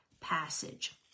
passage